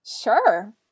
Sure